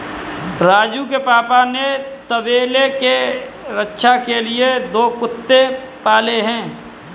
राजू के पापा ने तबेले के रक्षा के लिए दो कुत्ते पाले हैं